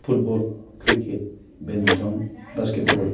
football cricket badminton basketball